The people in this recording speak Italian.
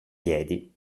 piedi